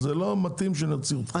אז לא מתאים שנוציא אותך.